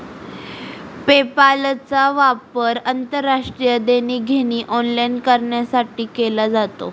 पेपालचा वापर आंतरराष्ट्रीय देणी घेणी ऑनलाइन करण्यासाठी केला जातो